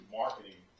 marketing